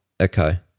Okay